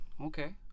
Okay